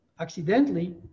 accidentally